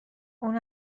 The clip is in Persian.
اون